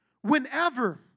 Whenever